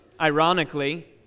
ironically